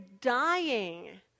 dying